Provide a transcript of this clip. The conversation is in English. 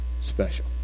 special